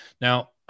Now